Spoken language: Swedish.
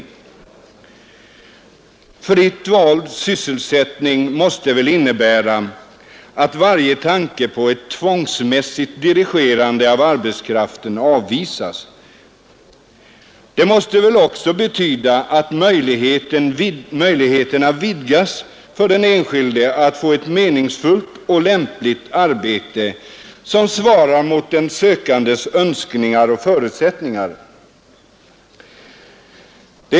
Begreppet fritt vald sysselsättning måste väl innebära att varje tanke på ett tvångsmässigt dirigerande av arbetskraften avvisas. Det måste väl också betyda att möjligheterna vidgas för den enskilde att få ett meningsfullt och lämpligt arbete som svarar mot den sökandes önskningar och förutsättningar.